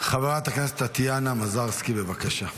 חברת הכנסת טטיאנה מזרסקי, בבקשה.